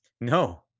No